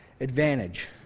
advantage